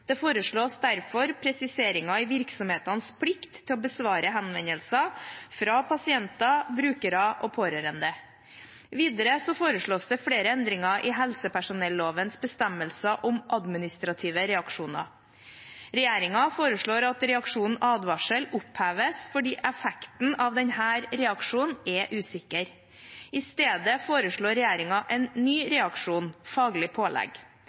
Det foreslås derfor presiseringer i virksomhetenes plikt til å besvare henvendelser fra pasienter, brukere og pårørende. Videre foreslås det flere endringer i helsepersonellovens bestemmelser om administrative reaksjoner. Regjeringen foreslår at reaksjonen «advarsel» oppheves, fordi effekten av denne reaksjonen er usikker. I stedet foreslår regjeringen en ny reaksjon – «faglig pålegg».